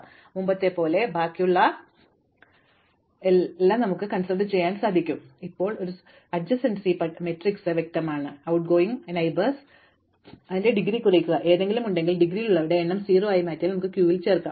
ഇപ്പോൾ മുമ്പത്തെപ്പോലെ തന്നെ ബാക്കിയുള്ളവയും നമുക്ക് ചെയ്യാൻ കഴിയും ക്യൂവിലെ ആദ്യത്തെ ശീർഷകം ഞങ്ങൾ കണക്കാക്കുന്നു തുടർന്ന് ഞങ്ങൾ അതിന്റെ പട്ടികയിലേക്ക് പോകുന്നു അത് ഇപ്പോൾ ഒരു സമീപസ്ഥല പട്ടികയിൽ വ്യക്തമായി ലഭ്യമാണ് going ട്ട്ഗോയിംഗ് അയൽക്കാർ അതിന്റെ ബിരുദം കുറയ്ക്കുക എന്തെങ്കിലും ഉണ്ടെങ്കിൽ ഡിഗ്രിയിലുള്ളവരുടെ എണ്ണം 0 ആയി മാറിയാൽ നമുക്ക് ക്യൂവിൽ ചേർക്കാം